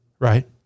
Right